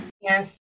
Yes